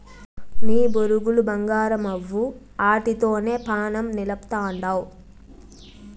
నీ బొరుగులు బంగారమవ్వు, ఆటితోనే పానం నిలపతండావ్